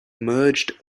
merged